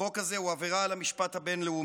החוק הזה הוא עבירה על המשפט הבין-לאומי.